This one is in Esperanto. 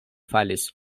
falis